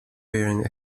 wearing